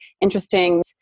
interesting